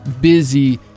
busy